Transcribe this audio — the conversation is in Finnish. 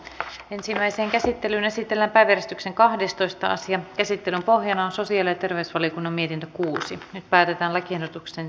nyt ensimmäisen käsittelyn esitellä päivystyksen kahdestoista asian käsittelyn pohjana sosiaali terveysvaliokunnan mietintö kuusi päivää mäkiennätyksen